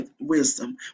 wisdom